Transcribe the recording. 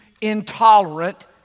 intolerant